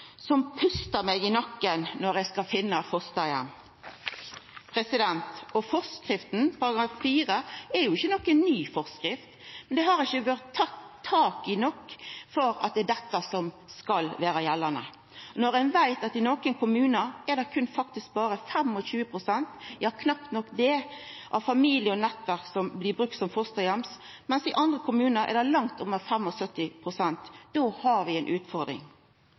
som pustar meg i nakken når eg skal finna fosterheim. Fosterheimsforskriftas § 4 er jo ikkje ei ny forskrift, men det har ikkje vore tatt tak nok i at det er dette som skal vera gjeldande. Når vi veit at det i nokre kommunar faktisk berre er 25 pst. – ja, knapt nok det – av familie og nettverk som blir brukt som fosterheim, mens det i andre kommunar er opp mot 75 pst., har vi ei utfordring.